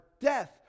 death